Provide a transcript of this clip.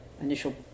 initial